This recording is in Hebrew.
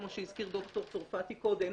כמוש הזכיר דוקטור צרפתי קודם,